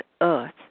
earth